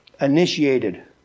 initiated